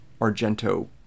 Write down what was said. Argento